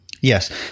Yes